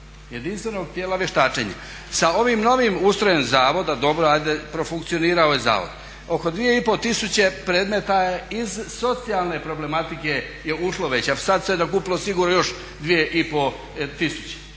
jedinstvenog tijela vještačenja. Sa ovim novim ustrojem zavoda, dobro hajde profunkcionirao je zavod. Oko 2 i pol tisuće predmeta je iz socijalne problematike je ušlo već, a sad se nakupilo sigurno još dvije